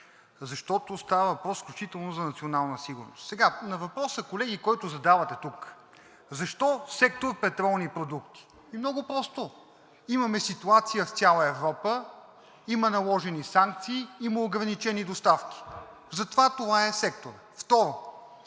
защото става въпрос изключително за национална сигурност. На въпроса, колеги, който задавате тук, защо сектор „Петролни продукти“? Много просто – имаме ситуация с цяла Европа, има наложени санкции, има ограничени доставки. Затова е този сектор. Второ,